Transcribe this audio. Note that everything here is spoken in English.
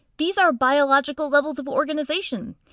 these are biological levels of organization!